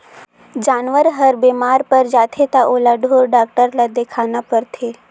जानवर हर बेमार पर जाथे त ओला ढोर डॉक्टर ल देखाना परथे